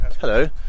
hello